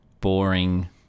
boring